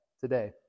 today